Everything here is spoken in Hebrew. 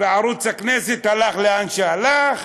ערוץ הכנסת הלך לאן שהלך